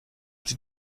sie